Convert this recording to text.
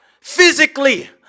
physically